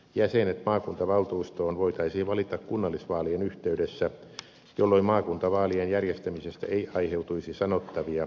jäsenet maakuntavaltuustoon voitaisiin valita kunnallisvaalien yhteydessä jolloin maakuntavaalien järjestämisestä ei aiheutuisi sanottavia lisäkustannuksia